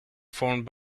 formed